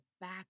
back